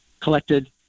collected